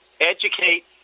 educate